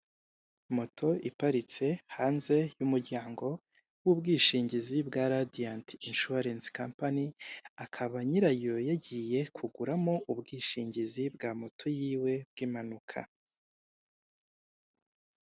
Moto iparitse hanze y'umuryango w'ubwishingizi bwa radiyanti inshuwarensi kampani akaba nyirayo yagiye kuguramo ubwishingizi bwa moto yiwe bw'impanuka.